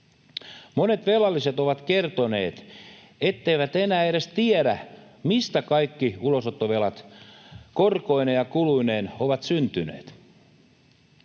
Monet velalliset ovat kertoneet, etteivät enää edes tiedä, mistä kaikki ulosottovelat korkoineen ja kuluineen ovat syntyneet.